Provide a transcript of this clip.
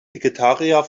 vegetarier